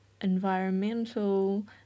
environmental